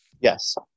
yes